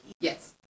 Yes